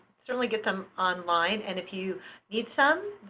certainly get them online, and, if you need some,